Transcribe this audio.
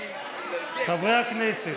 חברי הכנסת,